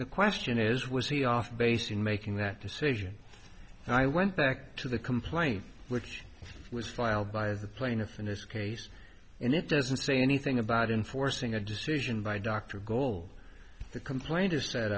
the question is was he off base in making that decision and i went back to the complaint which was filed by the plaintiff in this case and it doesn't say anything about enforcing a decision by dr gold the complaint is s